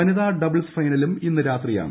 വനിതാ ഡബിൾസ് ഫൈനലും ഇന്ന് രാത്രിയാണ്